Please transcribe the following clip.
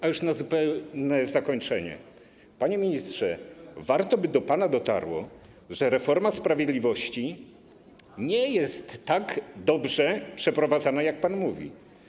A już na zupełne zakończenie - panie ministrze, warto, by do pana dotarło, że reforma sprawiedliwości nie jest tak dobrze przeprowadzana, jak pan mówi.